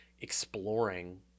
exploring